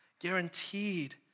guaranteed